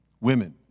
Women